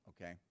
Okay